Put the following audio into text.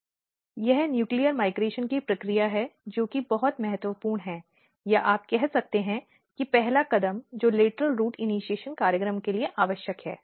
यह nuclear migration की प्रक्रिया है जो कि बहुत महत्वपूर्ण है या आप कह सकते हैं कि पहला कदम जो लेटरल रूट इनिशीएशन कार्यक्रम के लिए आवश्यक है